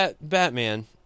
Batman